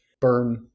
burn